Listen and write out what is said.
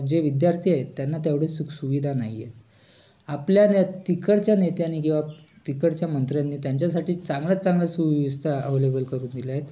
जे विद्यार्थी आहेत त्यांना तेवढे सुखसुविधा नाही आहेत आपल्या त्या तिकडच्या नेत्यांनी किंवा तिकडच्या मंत्र्यांनी त्यांच्यासाठी चांगल्या चांगल्या सुव्यवस्था अवलेबल करून दिल्या आहेत